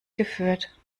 geführt